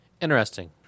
Interesting